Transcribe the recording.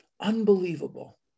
Unbelievable